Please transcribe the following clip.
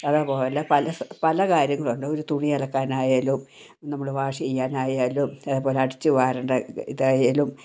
അതേപോലെ പല പല കാര്യങ്ങളും ഒരു തുണി അലക്കാൻ ആയാലും നമ്മൾ വാഷ് ചെയ്യാൻ ആയാലും അതേപോലെ അടിച്ചു വാരേണ്ടത് ഇത് ആയാലും